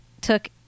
took